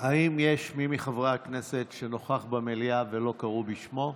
האם יש מי מחברי הכנסת שנוכח במליאה ולא קראו בשמו?